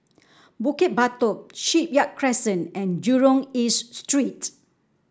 Bukit Batok Shipyard Crescent and Jurong East Street